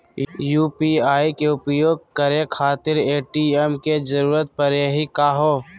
UPI के उपयोग करे खातीर ए.टी.एम के जरुरत परेही का हो?